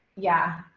yeah.